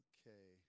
Okay